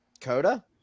Coda